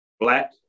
Black